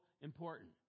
important